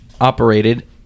operated